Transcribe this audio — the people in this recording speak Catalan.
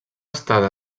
estada